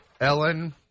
Ellen